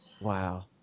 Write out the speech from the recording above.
Wow